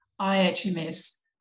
IHMS